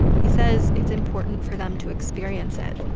he says it's important for them to experience it.